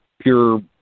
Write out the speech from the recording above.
pure